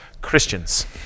Christians